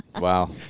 Wow